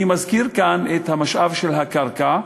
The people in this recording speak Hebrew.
אני מזכיר כאן את המשאב של הקרקע.